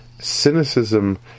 Cynicism